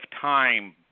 time